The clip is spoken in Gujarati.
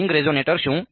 તો રીંગ રેઝોનેટર શું છે